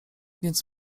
więc